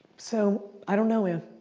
so, i don't know, man,